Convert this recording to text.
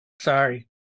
Sorry